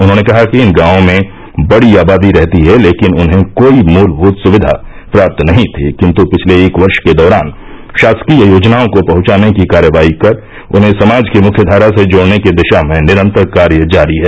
उन्होंने कहा कि इन गांवों में बड़ी आबादी रहती है लेकिन उन्हें कोई मुलभुत सुविधा प्राप्त नही थी किन्त् पिछले एक वर्ष के दौरान शासकीय योजनाओं को पहुंचाने की कार्यवाही कर उन्हें समाज की मुख्य धारा से जोड़ने की दिशा में निरन्तर कार्य जारी है